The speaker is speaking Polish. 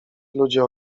ludzie